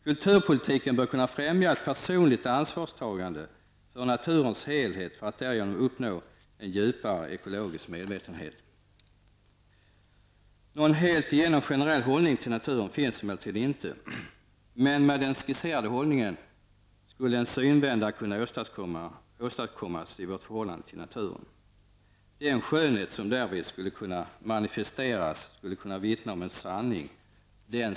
Kulturpolitiken bör kunna främja ett personligt ansvarstagande beträffande naturens helhet för att det därigenom skall vara möjligt att uppnå en djupare ekologisk medvetenhet. Någon helt generell hållning till naturen finns emellertid inte. Med den skisserade hållningen skulle en synvända kunna åstadkommas i fråga om vårt förhållande till naturen. Den skönhet som därvid skulle kunna manifesteras skulle vittna om en sanning.